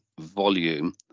volume